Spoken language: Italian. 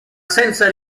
senza